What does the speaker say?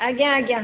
ଆଜ୍ଞା ଆଜ୍ଞା